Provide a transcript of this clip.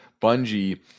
Bungie